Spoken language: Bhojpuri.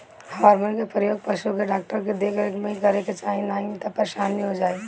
हार्मोन के प्रयोग पशु के डॉक्टर के देख रेख में ही करे के चाही नाही तअ परेशानी हो जाई